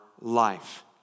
life